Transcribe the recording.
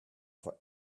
for